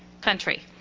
country